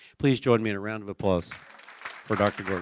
please join me in a round of applause for dr. but